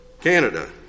Canada